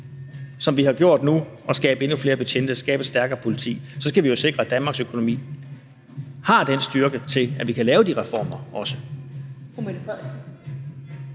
som vi har gjort nu, nemlig at få endnu flere betjente og skabe et stærkere politi, så skal vi jo sikre, at Danmarks økonomi har den styrke til, at vi kan lave de reformer også.